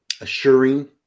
assuring